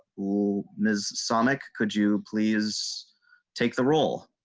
who miss summit could you please take the role.